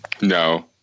No